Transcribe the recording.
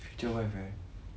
future wife eh